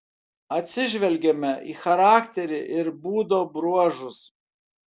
atsižvelgiame į charakterį ir būdo bruožus